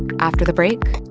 after the break,